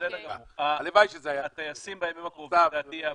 שהנושאים המשפטיים,